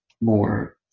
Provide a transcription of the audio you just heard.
more